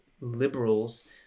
liberals